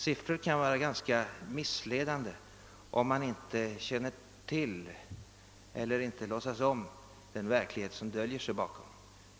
Siffror kan vara ganska missledande, om man inte känner till eller inte låtsas om den verklighet som döljer sig bakom dem.